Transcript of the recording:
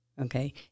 Okay